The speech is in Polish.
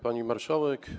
Pani Marszałek!